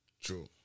True